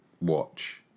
Watch